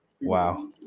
wow